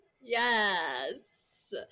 Yes